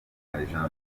w’umunya